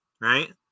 right